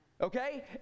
Okay